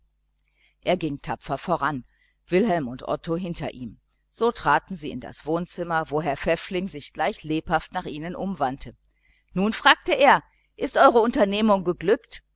er ging tapfer voran wilhelm und otto hinter ihm so traten sie in das wohnzimmer wo herr pfäffling sich gleich lebhaft nach ihnen umwandte nun fragte er ist eure expedition geglückt